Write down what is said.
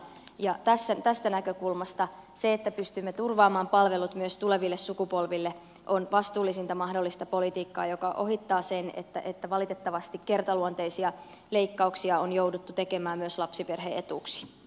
ja tästä näkökulmasta se että pystymme turvaamaan palvelut myös tuleville sukupolville on vastuullisinta mahdollista politiikkaa joka ohittaa sen että valitettavasti kertaluonteisia leikkauksia on jouduttu tekemään myös lapsiperheiden etuuksiin